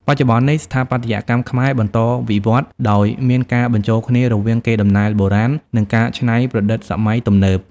បច្ចុប្បន្ននេះ ស្ថាបត្យកម្មខ្មែរបន្តវិវឌ្ឍន៍ ដោយមានការបញ្ចូលគ្នារវាងកេរដំណែលបុរាណ និងការច្នៃប្រឌិតសម័យទំនើប។